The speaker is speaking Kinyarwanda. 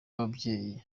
w’ababyeyi